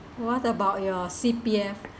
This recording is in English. what about your C_P_F